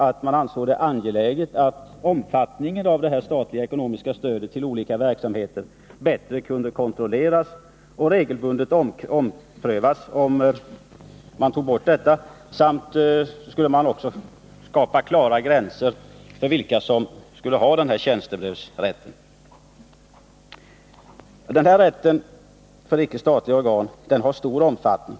att man ansåg det angeläget att omfattningen av det statliga ekonomiska stödet till olika verksamheter bättre kunde kontrolleras och regelbundet omprövas, om denna rätt slopades, samt att klara gränser kunde skapas för vilka som skulle ha denna tjänstebrevsrätt. Tjänstebrevsrätten för icke statliga organ har stor omfattning.